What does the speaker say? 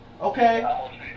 Okay